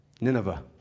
Nineveh